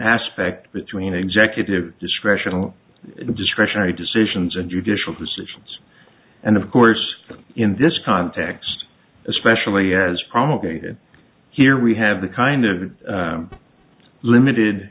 aspect between executive discretional discretionary decisions and judicial decisions and of course in this context especially as promulgated here we have the kind of limited